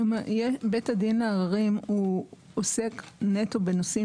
בית הדין לערערים הוא עוסק נטו בנושאים